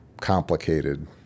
complicated